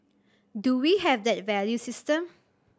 do we have that value system